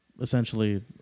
Essentially